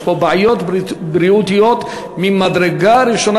יש פה בעיות בריאותיות ממדרגה ראשונה